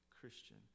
Christian